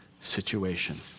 situation